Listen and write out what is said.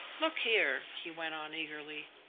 look here, he went on eagerly,